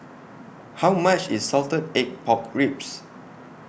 How much IS Salted Egg Pork Ribs